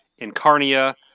Incarnia